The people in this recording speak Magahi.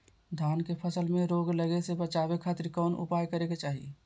धान के फसल में रोग लगे से बचावे खातिर कौन उपाय करे के चाही?